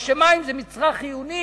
או שמים זה מצרך חיוני,